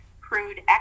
crude